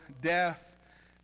death